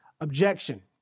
Objection